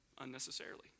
unnecessarily